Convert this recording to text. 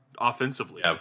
offensively